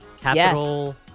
Capital